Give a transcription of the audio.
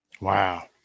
Wow